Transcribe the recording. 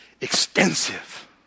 extensive